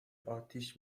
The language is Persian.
آتیش